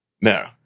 No